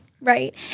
right